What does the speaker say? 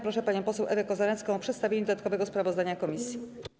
Proszę panią poseł Ewę Kozanecką o przedstawienie dodatkowego sprawozdania komisji.